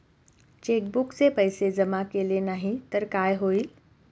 चेकबुकचे पैसे जमा केले नाही तर काय होईल?